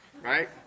right